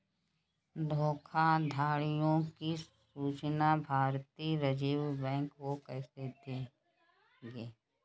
धोखाधड़ियों की सूचना भारतीय रिजर्व बैंक को कैसे देंगे?